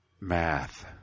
math